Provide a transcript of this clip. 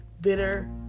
bitter